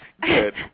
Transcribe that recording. Good